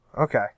Okay